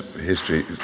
history